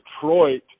Detroit